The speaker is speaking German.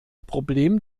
problem